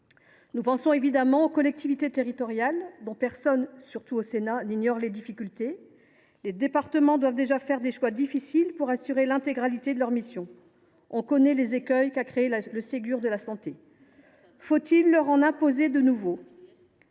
nous pensons évidemment aux collectivités territoriales, dont personne, surtout au Sénat, n’ignore les difficultés. Les départements doivent déjà faire des choix difficiles pour assurer l’intégralité de leurs missions, d’autant que nous connaissons les écueils du Ségur de la santé. Faut il leur en imposer de nouveaux ?